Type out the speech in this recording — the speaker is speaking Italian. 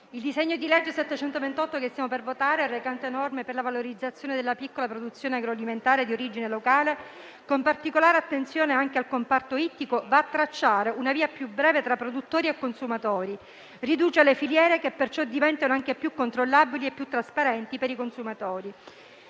il disegno di legge n. 728-B che stiamo per votare, recante norme per la valorizzazione della piccola produzione agroalimentare di origine locale, con particolare attenzione anche al comparto ittico, va a tracciare una via più breve tra produttori e consumatori, riduce le filiere, che perciò diventano anche più controllabili e più trasparenti per i consumatori.